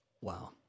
Wow